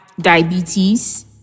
diabetes